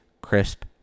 crisp